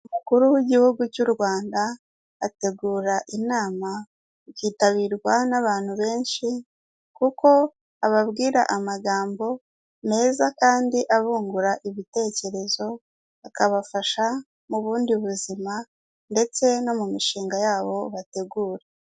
Umukuru w'igihugu cy'u Rwanda ategura inama ukitabirwa n'abantu benshi kuko ababwira amagambo meza kandi abungura ibitekerezo akabafasha mu bundi buzima ndetse no mu mishinga yabo bategura.